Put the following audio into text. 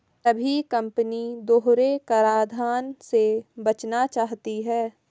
सभी कंपनी दोहरे कराधान से बचना चाहती है